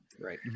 Right